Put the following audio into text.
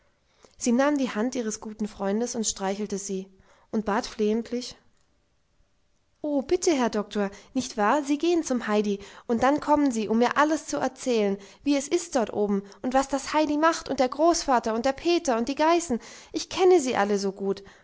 sie nahm die hand ihres guten freundes und streichelte sie und bat flehentlich o bitte herr doktor nicht wahr sie gehen zum heidi und dann kommen sie um mir alles zu erzählen wie es ist dort oben und was das heidi macht und der großvater und der peter und die geißen ich kenne sie alle so gut